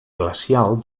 glacial